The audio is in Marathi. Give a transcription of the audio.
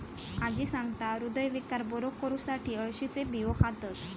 आजी सांगता, हृदयविकार बरो करुसाठी अळशीचे बियो खातत